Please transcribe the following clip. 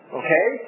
okay